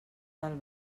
del